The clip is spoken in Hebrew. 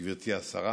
גברתי השרה,